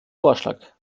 vorschlag